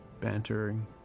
bantering